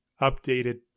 updated